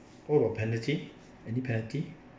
oh a penalty any penalty